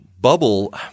bubble